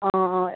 অঁ অঁ